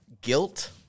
guilt